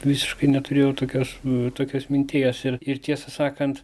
visiškai neturėjau tokios tokios minties ir ir tiesą sakant